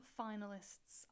finalists